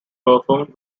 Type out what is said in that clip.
performed